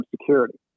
security